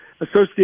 associate